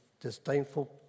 disdainful